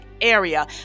area